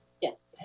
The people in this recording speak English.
Yes